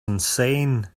insane